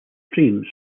streams